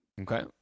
Okay